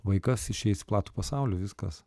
vaikas išeis į platų pasaulį viskas